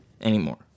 anymore